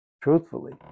Truthfully